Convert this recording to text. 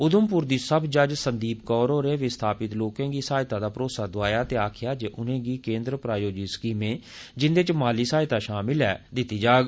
उधमपुर दी सब जज संदीप कौर होरें विस्थापित लोकें गी सहायता दा भरोसा दोआया ते गलाया जे उनेंगी केन्द्र प्रायोजित स्कीमें जिन्दे च माली सहायता बी शामल ऐ दिती जाग